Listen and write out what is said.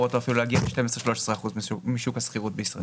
אותו ולהגיע ל-13-12 אחוזים משוק השכירות בישראל.